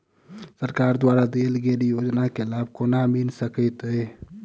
सरकार द्वारा देल गेल योजना केँ लाभ केना मिल सकेंत अई?